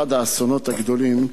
אחד האסונות הגדולים,